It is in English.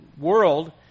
world